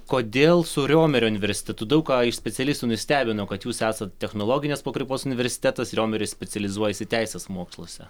kodėl su riomerio universitetu daug ką iš specialistų nustebino kad jūs esat technologinės pakraipos universitetas riomeris specializuojasi teisės moksluose